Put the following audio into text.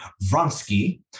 Vronsky